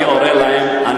אני אורה להם,